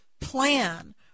Plan